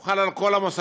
הוא חל על כל המוסדות.